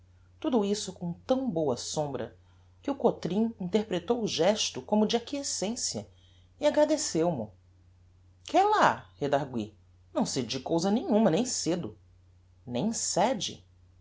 tudo isso com tão boa sombra que o cotrim interpretou o gesto como de acquiescencia e agradeceu mo que é lá redargui não cedi cousa nenhuma nem cedo nem cede